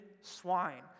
swine